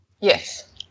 Yes